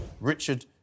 Richard